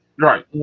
right